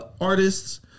artists